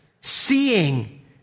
Seeing